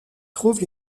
trouvent